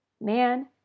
man